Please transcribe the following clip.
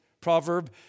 proverb